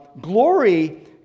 glory